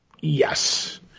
Yes